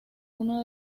uno